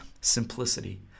Simplicity